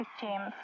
James